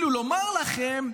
לומר לכם: